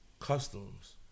customs